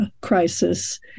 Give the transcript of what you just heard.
crisis